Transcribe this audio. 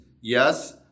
yes